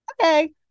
okay